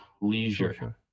Leisure